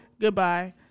Goodbye